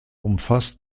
umfasst